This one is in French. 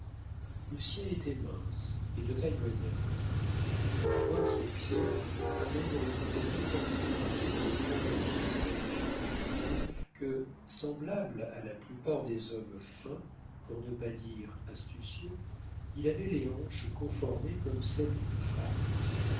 baiser lucien était mince et de taille moyenne a voir ses pieds un homme aurait été d'autant plus tenté de le prendre pour une jeune fille déguisée que semblable à la plupart des hommes fins pour ne pas dire astucieux il avait les hanches conformées comme celles d'une femme